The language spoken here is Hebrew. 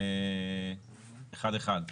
אחד-אחד.